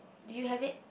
do you have it